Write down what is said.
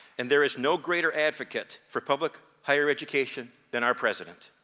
and there is no greater advocate for public higher education than our president.